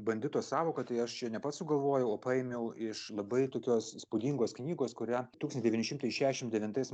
bandito sąvoka tai aš ją ne pats sugalvojau o paėmiau iš labai tokios įspūdingos knygos kurią tūkstantis devyni šimtai šešiasdešimt devintais